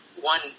one